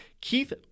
Keith